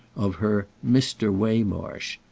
of her mr. waymarsh!